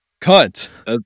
Cut